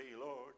Lord